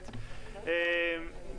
אני מתכבד לפתוח את ישיבת ועדת הכלכלה של הכנסת,